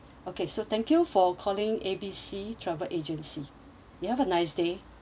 okay so thank you for calling A B C travel agency you have a nice day